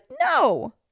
no